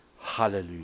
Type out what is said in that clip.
Hallelujah